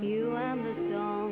you know